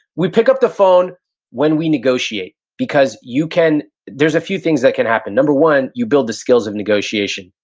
we pick up the phone when we negotiate because you can, there's a few things that can happen. number one, you build the skills of negotiation.